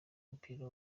mupira